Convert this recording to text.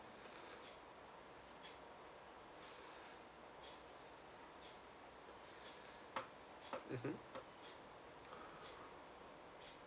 mm hmm